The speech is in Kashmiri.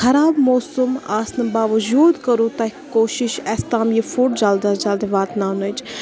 خراب موسَم آسنہٕ باوجوٗد کوٚروٕ تۅہہِ کوٗشِش اَسہِ تام یہِ فُڈ جَلٕد اَز جلٕد واتناونٕچ